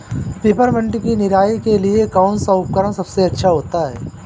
Peppermint की निराई के लिए कौन सा उपकरण सबसे अच्छा है?